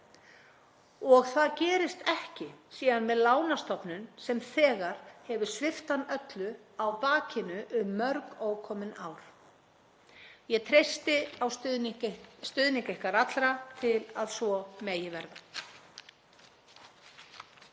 og það gerist ekki ef hann er með lánastofnun, sem þegar hefur svipt hann öllu, á bakinu um mörg ókomin ár. Ég treysti á stuðning ykkar allra til að svo megi verða.